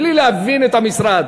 בלי להבין את המשרד,